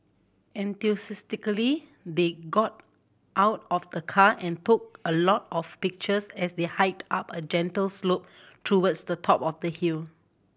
enthusiastically they got out of the car and took a lot of pictures as they hiked up a gentle slope towards the top of the hill